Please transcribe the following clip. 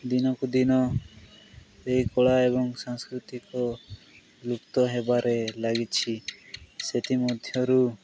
ଦିନକୁ ଦିନ ଏହି କଳା ଏବଂ ସାଂସ୍କୃତିକ ଲୁପ୍ତ ହେବାରେ ଲାଗିଛି ସେଥିମଧ୍ୟରୁ